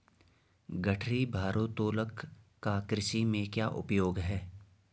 गठरी भारोत्तोलक का कृषि में क्या उपयोग है?